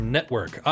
Network